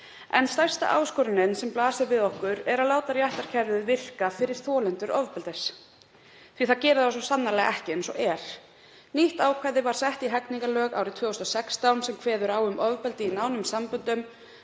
En stærsta áskorunin sem blasir við okkur er að láta réttarkerfið virka fyrir þolendur ofbeldis því það gerir það svo sannarlega ekki eins og er. Nýtt ákvæði var sett í hegningarlög árið 2016 sem kveður á um ofbeldi í nánum samböndum,